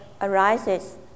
arises